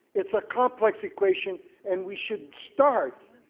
it's a complex equation and we should start